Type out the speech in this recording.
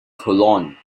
cologne